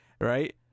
right